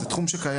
זהו תחום שקיים.